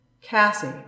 Cassie